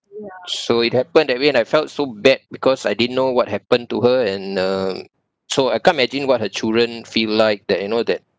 so it happened that way and I felt so bad because I didn't know what happened to her and uh so I can't imagine what her children feel like that you know that